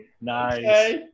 Nice